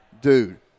dude